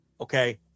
okay